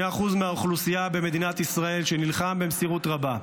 2% מהאוכלוסייה במדינת ישראל שנלחמים במסירות רבה.